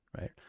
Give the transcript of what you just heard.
right